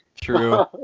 true